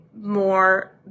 more